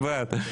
מי בעד?